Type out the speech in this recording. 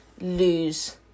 lose